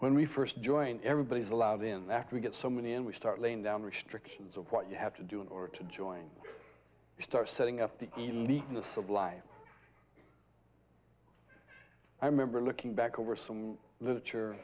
when we first join everybody's allowed in after we get so many and we start laying down restrictions of what you have to do in order to join to start setting up the elite in the supply i remember looking back over some literature